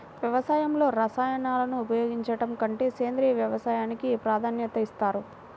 వ్యవసాయంలో రసాయనాలను ఉపయోగించడం కంటే సేంద్రియ వ్యవసాయానికి ప్రాధాన్యత ఇస్తారు